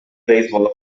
baseball